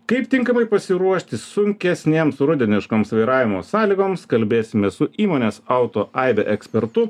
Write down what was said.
kaip tinkamai pasiruošti sunkesnėms rudeniškoms vairavimo sąlygoms kalbėsimės su įmonės auto aibė ekspertu